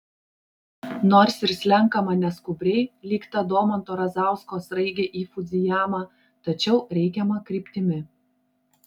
nors ir slenkama neskubriai lyg ta domanto razausko sraigė į fudzijamą tačiau reikiama kryptimi